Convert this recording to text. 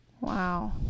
wow